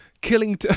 Killing